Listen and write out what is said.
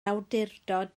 awdurdod